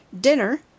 Dinner